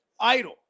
idle